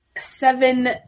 Seven